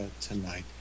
tonight